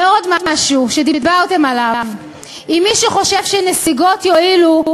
ועוד משהו שדיברתם עליו: אם מישהו חושב שנסיגות יועילו,